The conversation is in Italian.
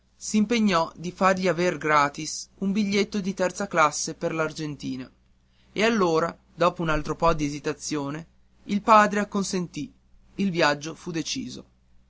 cosa s'impegnò di fargli aver gratis un biglietto di terza classe per l'argentina e allora dopo un altro po di esitazione il padre acconsentì il viaggio fu deciso